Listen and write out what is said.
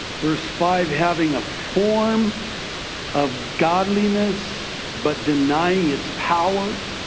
verse five, having a form of godliness but denying its power.